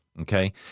okay